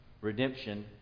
redemption